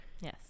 Yes